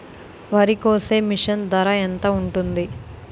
వరి కోసే మిషన్ ధర ఎంత ఉంటుంది?